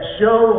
show